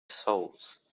souls